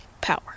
power